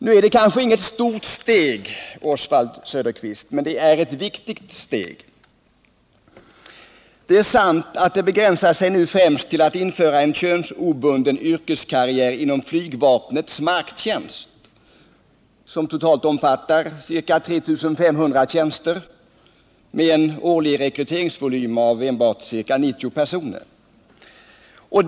Det är kanske inte något stort steg, Oswald Söderqvist, men det är ett viktigt steg. Det är sant att det främst begränsar sig till att införa en könsobunden yrkeskarriär inom flygvapnets marktjänst, som totalt omfattar ca 3 500 tjänster med en årlig rekryteringsvolym om bara ca 90 personer.